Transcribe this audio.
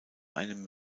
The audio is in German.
einem